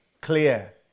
clear